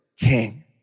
king